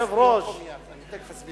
אסביר לך.